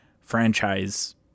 franchise